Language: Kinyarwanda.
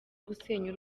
gusenya